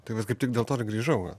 tai vat kaip tik dėl to ir grįžau va